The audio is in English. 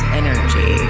energy